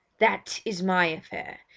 that is my affair!